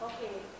Okay